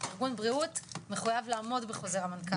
ארגון בריאות, מחויב לעמוד בחוזר המנכ"ל.